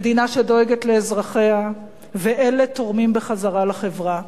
מדינה שדואגת לאזרחיה ואלה תורמים בחזרה לחברה.